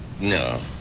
no